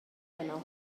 heno